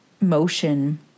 motion